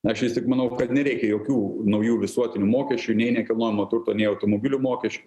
aš vis tik manau kad nereikia jokių naujų visuotinių mokesčių nei nekilnojamo turto nei automobilių mokesčiu